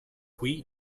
qui